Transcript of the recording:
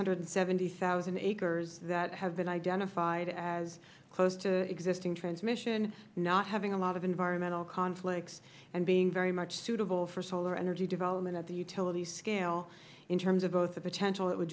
hundred and seventy thousand acres that have been identified as close to existing transmission not having a lot of environmental conflicts and being very much suitable for solar energy development at the utilities scale in terms of both the potential it would